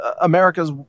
America's